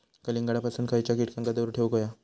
कलिंगडापासून खयच्या कीटकांका दूर ठेवूक व्हया?